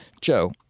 Joe